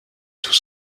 tous